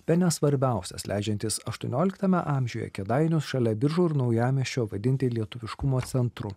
bene svarbiausias leidžiantis aštuonioliktame amžiuje kėdainius šalia biržų ir naujamiesčio vadinti lietuviškumo centru